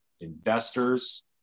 investors